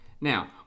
Now